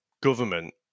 government